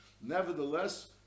nevertheless